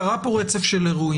קרה פה רצף של אירועים.